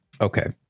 Okay